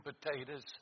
potatoes